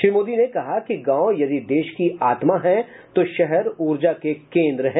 श्री मोदी ने कहा कि गांव यदि देश की आत्मा है तो शहर ऊर्जा के केन्द्र हैं